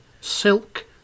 Silk